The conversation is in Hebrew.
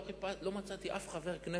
ולא מצאתי אף חבר כנסת,